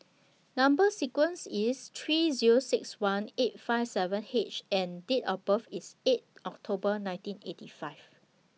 Number sequence IS three Zero six one eight five seven H and Date of birth IS eight October nineteen eighty five